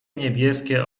niebieskie